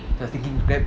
so I was thinking get